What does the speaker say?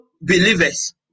believers